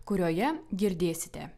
kurioje girdėsite